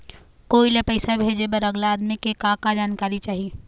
कोई ला पैसा भेजे बर अगला आदमी के का का जानकारी चाही?